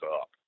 up